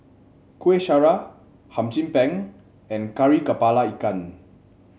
Kueh Syara Hum Chim Peng and Kari kepala Ikan